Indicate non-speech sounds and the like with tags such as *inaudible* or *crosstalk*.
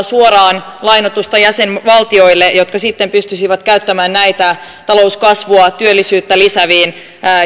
*unintelligible* suoraan lainoitusta jäsenvaltioille jotka sitten pystyisivät käyttämään näitä talouskasvua ja työllisyyttä lisääviin